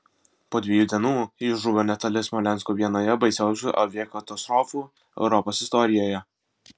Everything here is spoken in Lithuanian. po dviejų dienų jis žuvo netoli smolensko vienoje baisiausių aviakatastrofų europos istorijoje